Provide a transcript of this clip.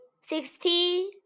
sixty